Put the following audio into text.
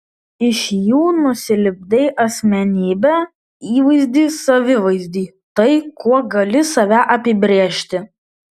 iš jų nusilipdei asmenybę įvaizdį savivaizdį tai kuo gali save apibrėžti